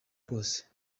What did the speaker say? kose